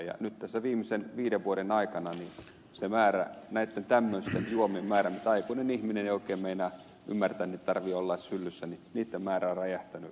nyt tässä viimeisten viiden vuoden aikana näitten tämmöisten juomien määrä joiden osalta aikuinen ihminen ei oikein meinaa ymmärtää että niitä tarvitsee olla edes hyllyssä on räjähtänyt ihan hirveästi